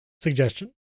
suggestion